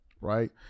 right